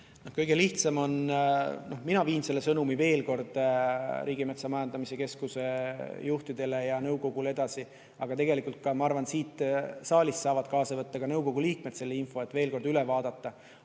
Kõige lihtsam on ... Noh, mina viin selle sõnumi veel kord Riigimetsa Majandamise Keskuse juhtidele ja nõukogule edasi, aga tegelikult ka, ma arvan, siit saalist saavad kaasa võtta nõukogu liikmed selle info, et see veel kord üle vaadata. Aga